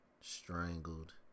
strangled